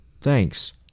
Thanks